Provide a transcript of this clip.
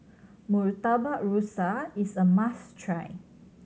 Murtabak Rusa is a must try